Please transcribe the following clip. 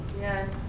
Yes